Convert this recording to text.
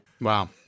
Wow